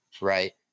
right